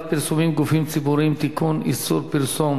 פרסומים (גופים ציבוריים) (תיקון) (איסור פרסום,